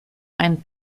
ein